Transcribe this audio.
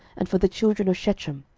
and for the children of shechem,